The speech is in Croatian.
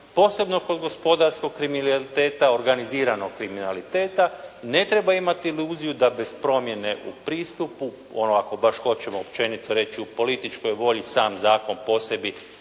posebno kod gospodarskog kriminaliteta, organiziranog kriminaliteta, ne treba imati iluziju da bez promjene u pristupu, ako baš hoćemo općenito reći u političkoj volji sam zakon po sebi